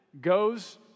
goes